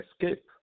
escape